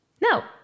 No